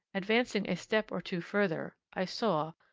advancing a step or two further, i saw,